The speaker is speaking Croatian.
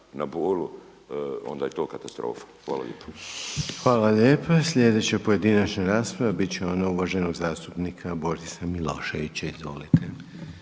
na Bolu onda je to katastrofa. Hvala lijepo. **Reiner, Željko (HDZ)** Hvala lijepa. Sljedeća pojedinačna rasprava bit će ona uvaženog zastupnika Borisa Miloševića. Izvolite.